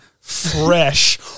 fresh